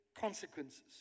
consequences